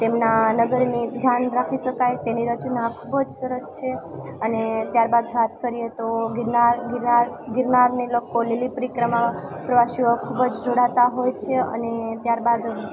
તેમના નગરની ધ્યાન રાખી શકાય તેની રચના ખૂબ જ સરસ છે અને ત્યારબાદ વાત કરીએ તો ગીરનાર ગીરનાર ગીરનારની લોક લી પરિક્રમામાં પ્રવાસીઓ ખૂબ જ જોડાતા હોય છે અને ત્યારબાદ